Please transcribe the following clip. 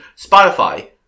Spotify